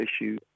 issue